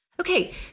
Okay